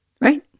Right